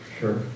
Sure